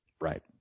right